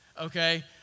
okay